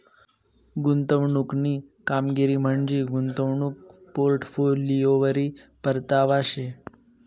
गुंतवणूकनी कामगिरी म्हंजी गुंतवणूक पोर्टफोलिओवरी परतावा शे